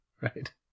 Right